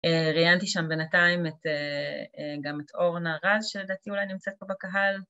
אה, ראיינתי שם בינתיים את אה... גם את אורנה רז, שלדעתי אולי נמצאת פה בקהל